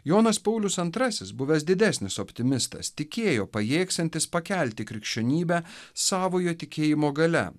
jonas paulius antrasis buvęs didesnis optimistas tikėjo pajėgsiantis pakelti krikščionybę savojo tikėjimo galia